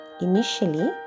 Initially